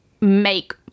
make